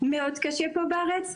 מאוד קשה פה בארץ,